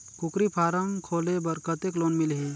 कूकरी फारम खोले बर कतेक लोन मिलही?